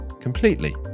completely